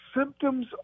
symptoms